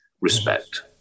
Respect